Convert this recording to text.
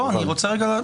אני רוצה לומר.